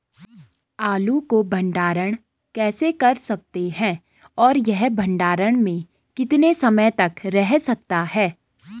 आलू को भंडारण कैसे कर सकते हैं और यह भंडारण में कितने समय तक रह सकता है?